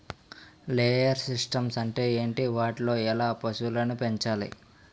Layer systems అంటే ఏంటి? వాటిలో ఎలా పశువులను పెంచాలి?